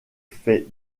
fait